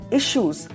issues